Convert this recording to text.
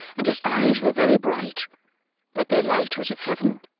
and his eyes were very bright but their light was of heaven,